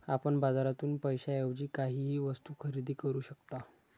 आपण बाजारातून पैशाएवजी काहीही वस्तु खरेदी करू शकता